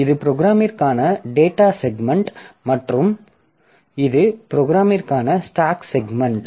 இது ப்ரோக்ராமிற்கான data segment மற்றும் இது ப்ரோக்ராமிற்கான ஸ்டாக் செக்மென்ட்